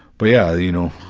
but yeah, you know,